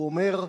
הוא אומר: